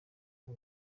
byo